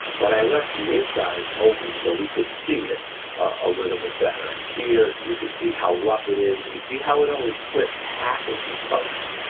but i left the inside open, so we could see it a little bit better. and here you can see how rough it is and see how it only clips half of the post,